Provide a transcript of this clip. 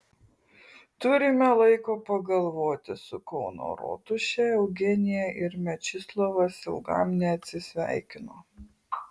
turime laiko pagalvoti su kauno rotuše eugenija ir mečislovas ilgam neatsisveikino